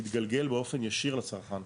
יתגלגל באופן ישיר לצרכן.